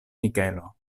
mikelo